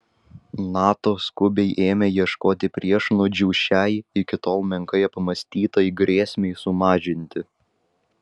nato skubiai ėmė ieškoti priešnuodžių šiai iki tol menkai apmąstytai grėsmei sumažinti